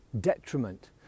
detriment